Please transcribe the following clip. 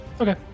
Okay